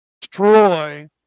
destroy